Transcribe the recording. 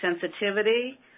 sensitivity